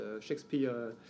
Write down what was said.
Shakespeare